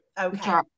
okay